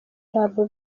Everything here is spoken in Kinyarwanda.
imirambo